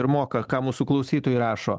ir moka ką mūsų klausytojai rašo